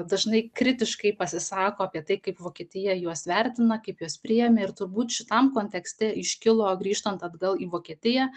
dažnai kritiškai pasisako apie tai kaip vokietija juos vertina kaip juos priėmė ir turbūt šitam kontekste iškilo grįžtant atgal į vokietiją